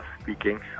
speaking